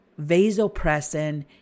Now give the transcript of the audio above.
vasopressin